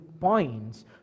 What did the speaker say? points